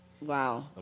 Wow